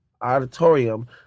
auditorium